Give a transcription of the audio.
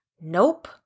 Nope